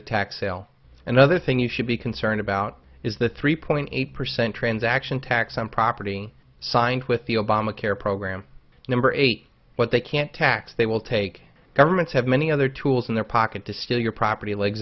tax sale another thing you should be concerned about is the three point eight percent transaction tax on property signed with the obamacare program number eight but they can't tax they will take governments have many other tools in their pocket to steal your property leg